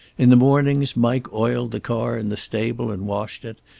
in the mornings mike oiled the car in the stable and washed it,